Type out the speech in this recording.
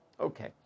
Okay